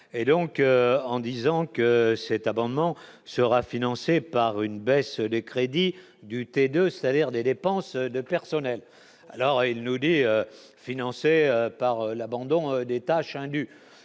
et donc en disant que cet abonnement sera financée par une baisse des crédits du thé 2 salaires des dépenses de personnel alors il nous dit financé par l'abandon des tâches indues,